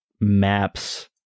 maps